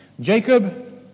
Jacob